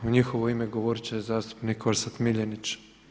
U njihovo ime govoriti će zastupnik Orsat Miljenić.